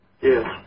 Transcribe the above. Yes